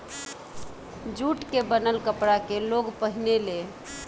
jute के बनल कपड़ा के लोग पहिने ले